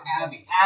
Abby